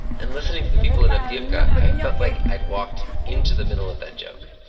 and listening to the people in avdiivka, i felt like i'd walked into the middle of that joke.